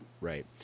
Right